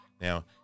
Now